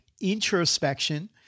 introspection